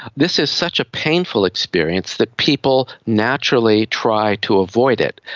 this is such a painful experience that people naturally try to avoid it.